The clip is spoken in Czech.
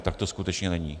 A tak to skutečně není.